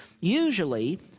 Usually